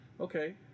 Okay